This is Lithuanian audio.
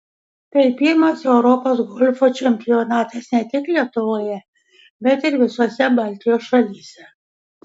tai pirmas europos golfo čempionatas ne tik lietuvoje bet ir visose baltijos šalyse